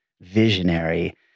visionary